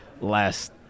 last